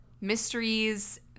mysteries